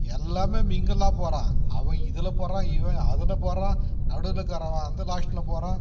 எல்லாமே மிங்கிளாக போகிறான் அவன் இதில் போகிறான் இவன் அதில் போகிறான் நடுலக்கிறவன் அந்த லாஸ்ட்டில் போகிறான்